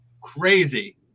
crazy